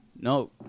No